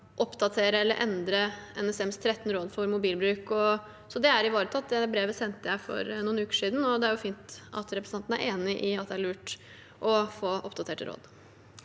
oppdatere eller endre NSMs 13 råd for mobilbruk, så det er ivaretatt. Det brevet sendte jeg for noen uker siden. Det er fint at representanten er enig i at det er lurt å få oppdaterte råd.